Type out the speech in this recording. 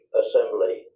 assembly